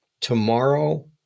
tomorrow